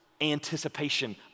anticipation